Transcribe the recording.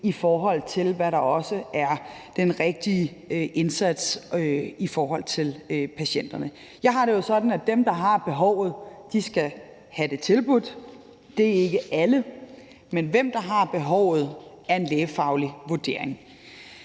i forhold til hvad der er den rigtige indsats over for patienterne. Jeg har det jo sådan, at dem, der har behovet, skal have det tilbudt – og det er ikke alle – men hvem der har behovet, er en lægefaglig vurdering.